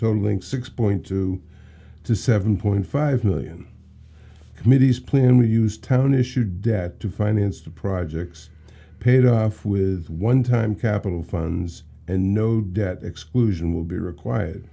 totaling six point two to seven point five million committees plan we use town issued debt to finance the projects paid off with one time capital funds and no debt exclusion will be required